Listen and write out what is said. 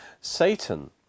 Satan